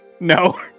No